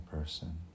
person